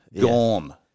Gone